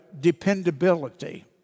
dependability